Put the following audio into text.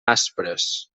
aspres